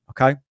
okay